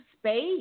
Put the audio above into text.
space